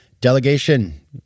Delegation